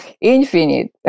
Infinite